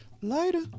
Later